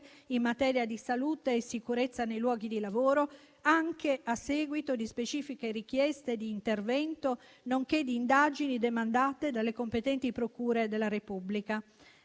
in materia di salute e sicurezza nei luoghi di lavoro, anche a seguito di specifiche richieste di intervento, nonché di indagini demandate dalle competenti procure della Repubblica.